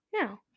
No